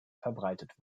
verbreitet